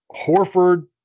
Horford